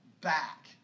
back